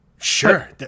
sure